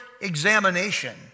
examination